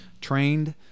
trained